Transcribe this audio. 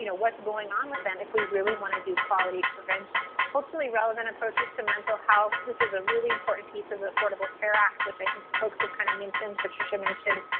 you know what's going on with them if we really want to do quality prevention. culturally relevant approaches to mental health, this is a really important piece of affordable care act, which i mean folks have kind of mentioned, patricia mentioned.